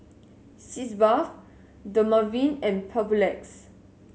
Sitz Bath Dermaveen and Papulex